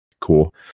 cool